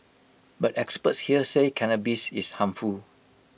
but experts here say cannabis is harmful